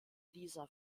lisa